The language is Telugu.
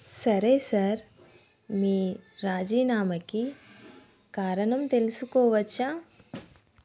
సరే సార్ మీ రాజీనామకి కారణం తెలుసుకోవచ్చా